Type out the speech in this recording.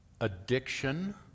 addiction